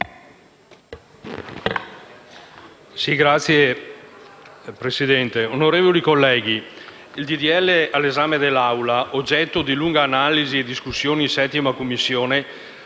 legge all'esame dell'Assemblea, oggetto di lunga analisi e discussione in 7a Commissione,